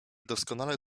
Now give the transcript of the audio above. doskonale